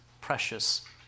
precious